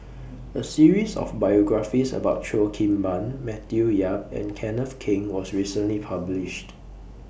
A series of biographies about Cheo Kim Ban Matthew Yap and Kenneth Keng was recently published